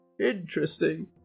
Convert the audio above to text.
Interesting